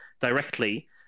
directly